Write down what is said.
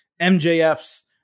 MJF's